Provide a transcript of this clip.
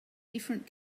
different